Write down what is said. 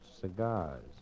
cigars